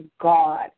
God